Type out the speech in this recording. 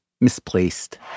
misplaced